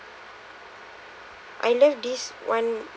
I love this one